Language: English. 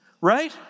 right